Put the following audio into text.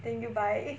then you buy